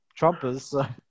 Trumpers